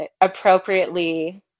appropriately